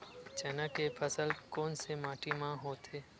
चना के फसल कोन से माटी मा होथे?